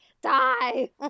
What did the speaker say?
die